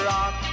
Rock